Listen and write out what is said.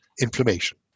inflammation